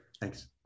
Thanks